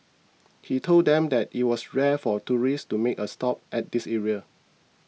he told them that it was rare for tourists to make a stop at this area